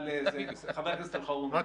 חבר הכנסת אלחרומי, בבקשה.